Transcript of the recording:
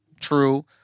true